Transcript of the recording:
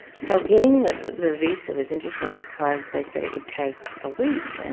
so getting the the visa was interesting because they said it would take a week,